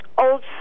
Old